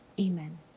Amen